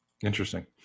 Interesting